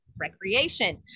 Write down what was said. recreation